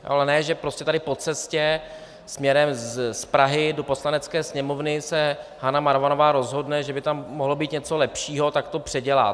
Ale ne že prostě tady po cestě směrem z Prahy do Poslanecké sněmovny se Hana Marvanová rozhodne, že by tam mohlo být něco lepšího, tak to předělá.